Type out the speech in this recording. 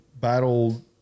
battle